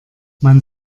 man